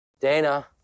Dana